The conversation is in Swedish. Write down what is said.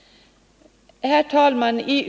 Herr talman!